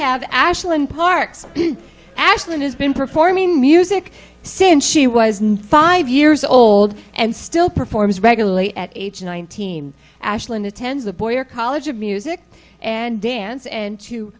in part actually has been performing music since she was five years old and still performs regularly at age nineteen ashland attends a boy or college of music and dance and to